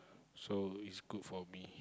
so it's good for me